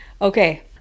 Okay